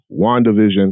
WandaVision